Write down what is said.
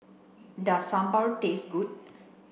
does Sambar taste good